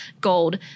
gold